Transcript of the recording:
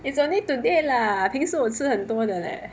it's only today lah 平时我吃很多的 leh